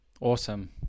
awesome